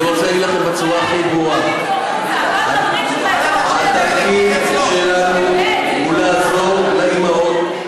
אני רוצה להגיד לכם בצורה הכי ברורה: התפקיד שלנו הוא לעזור לאימהות,